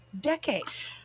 decades